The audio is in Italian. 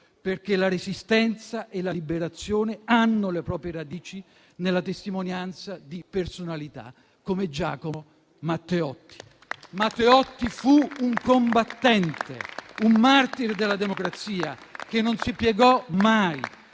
perché la Resistenza e la Liberazione hanno le proprie radici nella testimonianza di personalità come Giacomo Matteotti. Matteotti fu un combattente e un martire della democrazia, che non si piegò mai.